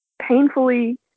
painfully